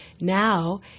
now